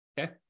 Okay